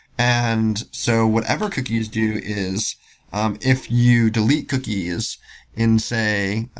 and so what evercookies do is um if you delete cookies in, say,